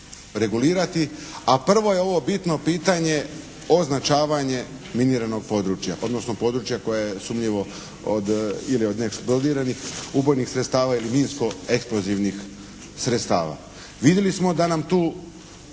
regulirati, a prvo je ovo bitno pitanje označavanje miniranog područja, odnosno područja koje je sumnjivo ili od … ubojnih sredstava ili minsko eksplozivnih sredstava. Vidjeli smo da nam tu